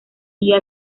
día